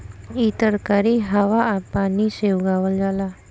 इ तरकारी हवा आ पानी से उगावल जाला